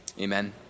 Amen